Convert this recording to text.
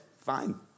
fine